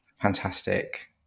Fantastic